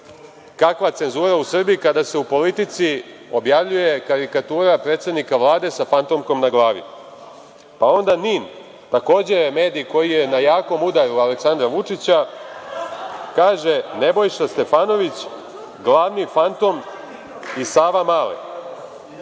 kakva cenzura u Srbiji kada se u „Politici“ objavljuje karikatura predsednika Vlade sa fantomkom na glavi. Pa, onda „Nin“, takođe medij koji je na jakom udaru Aleksandra Vučića, kaže: „Nebojša Stefanović glavni fantom iz Savamale“.